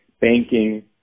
banking